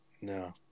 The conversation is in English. no